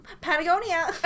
Patagonia